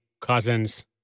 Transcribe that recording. Cousins